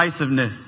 divisiveness